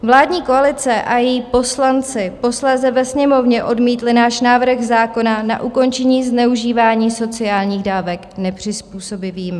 Vládní koalice a její poslanci posléze ve Sněmovně odmítli náš návrh zákona na ukončení zneužívání sociálních dávek nepřizpůsobivými.